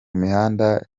mihanda